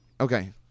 Okay